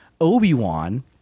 Obi-Wan